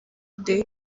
day